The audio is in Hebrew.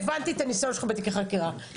הבנתי את הנושא הזה בתיקי חקירה,